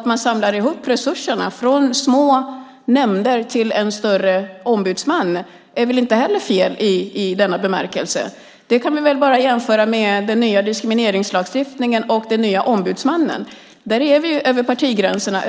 Att man samlar ihop resurserna från små nämnder till en större ombudsman är väl inte heller fel i denna bemärkelse? Detta kan vi jämföra med den nya diskrimineringslagstiftningen och den nya ombudsmannen. Vi är överens över partigränserna